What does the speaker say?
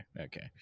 okay